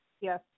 Yes